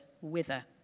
wither